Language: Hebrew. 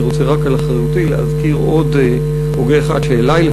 אני רוצה רק על אחריותי להזכיר עוד הוגה אחד שאלי,